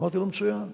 אמרתי לו: מצוין.